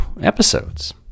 episodes